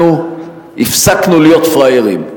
אנחנו הפסקנו להיות פראיירים,